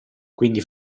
quindi